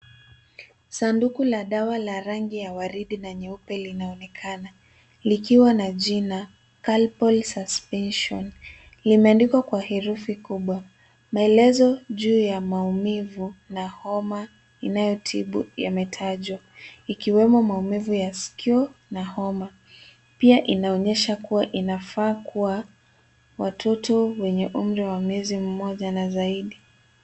Sanduku la dawa la rangi ya ua ridi na nyeupe linaonekana likiwa na jina CALPOL Suspension . Limeandikwa kwa herufi kubwa. Maelezo juu ya maumivu na homa inayotibu yametajwa ikiwemo maumivu ya sikio na homa. Pia inaonyesha kuwa inafaa kwa watoto wenye umri wa mwezi mmoja na zaidi.